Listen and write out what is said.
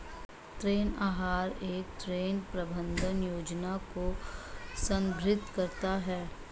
ऋण आहार एक ऋण प्रबंधन योजना को संदर्भित करता है